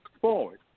forward